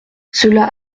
cela